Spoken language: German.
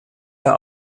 der